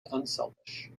unselfish